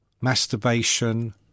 masturbation